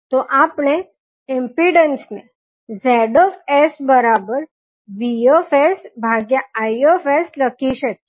તો આપણે ઇમ્પીડન્સ ને ZsVI લખી શકીએ